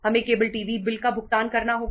हमें cable TV bill का भुगतान करना होगा